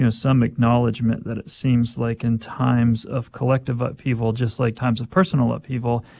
you know some acknowledgement that it seems like in times of collective upheaval, just like times of personal upheaval,